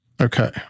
Okay